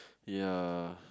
ya